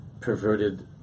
perverted